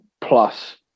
plus